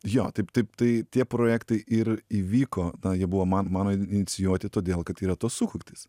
jo taip taip tai tie projektai ir įvyko na jie buvo ma mano inicijuoti todėl kad tai yra tos sultys